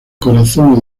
corazón